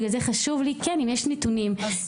בגלל זה חשוב לי כן אם יש נתונים שמראים